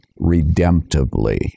redemptively